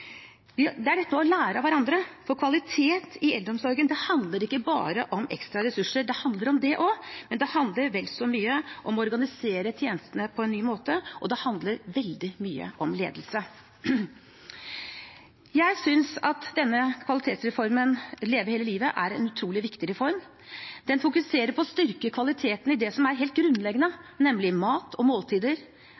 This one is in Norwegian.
Det er dette å lære av hverandre, for kvalitet i eldreomsorgen handler ikke bare om ekstra ressurser. Det handler om det også, men det handler vel så mye om å organisere tjenestene på en ny måte, og det handler veldig mye om ledelse. Jeg synes at denne kvalitetsreformen – Leve hele livet – er en utrolig viktig reform. Den fokuserer på å styrke kvaliteten i det som er helt grunnleggende,